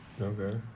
Okay